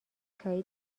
چایی